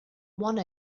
one